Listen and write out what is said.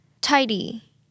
Tidy